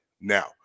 Now